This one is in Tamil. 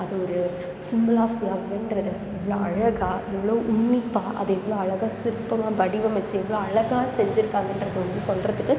அது ஒரு சிம்பள் ஆஃப் லவ்வுன்றதை எவ்வளோ அழகாக எவ்வளோ உன்னிப்பாக அதை இவ்வளோ அழகாக சிற்பமாக வடிவமைத்து எவ்வளோ அழகாக செஞ்சிருக்காங்கன்றதை வந்து சொல்கிறதுக்கு